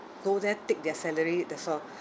go there take their salary that's all